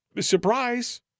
Surprise